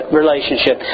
relationship